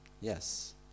Yes